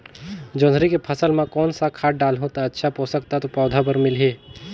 जोंदरी के फसल मां कोन सा खाद डालहु ता अच्छा पोषक तत्व पौध बार मिलही?